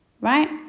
right